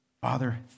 Father